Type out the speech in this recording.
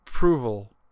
approval